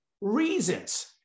reasons